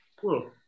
cool